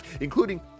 including